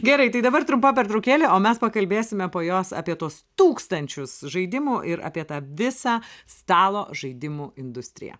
gerai tai dabar trumpa pertraukėlė o mes pakalbėsime po jos apie tuos tūkstančius žaidimų ir apie tą visą stalo žaidimų industriją